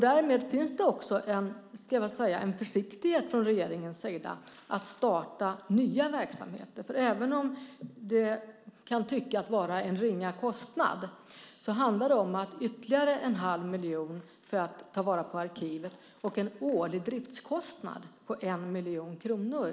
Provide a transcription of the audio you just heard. Därmed finns det också en försiktighet från regeringens sida att starta nya verksamheter, för även om det kan tyckas vara en ringa kostnad handlar det om ytterligare 1⁄2 miljon för att ta vara på arkivet och därtill en årlig driftskostnad på 1 miljon kronor.